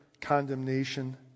condemnation